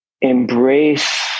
embrace